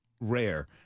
rare